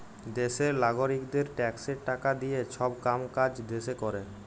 দ্যাশের লাগারিকদের ট্যাক্সের টাকা দিঁয়ে ছব কাম কাজ দ্যাশে ক্যরে